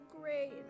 great